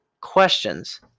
questions